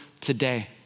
today